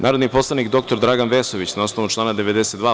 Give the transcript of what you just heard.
Narodni poslanik dr Dragan Vesović, na osnovu člana 92.